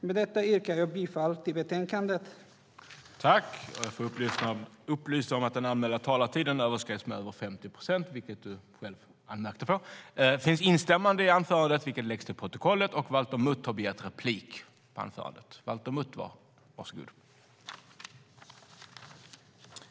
Med detta yrkar jag bifall till utskottets förslag. I detta anförande instämde Désirée Pethrus samt Ismail Kamil och Fredrik Malm .